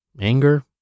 Anger